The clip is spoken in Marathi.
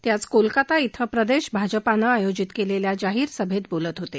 ते आज कोलकाता ब्रिं प्रदेश भाजपानं आयोजित केलेल्या जाहीर सभेत बोलत होते